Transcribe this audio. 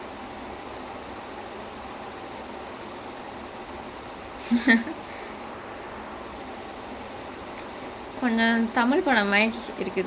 then அதுல வந்து திடீர்னு ஒரு:athula vanthu thideernu oru helicopter crash அவன:avana will smith யாரோ சுடுவாங்க:yaaro suduvaanga rocket launcher பறக்கும்:parakum all sorts of weird things will happen